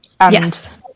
Yes